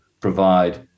provide